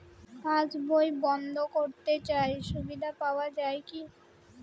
পাশ বই বন্দ করতে চাই সুবিধা পাওয়া যায় কি?